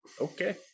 okay